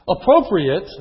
Appropriate